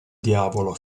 diavolo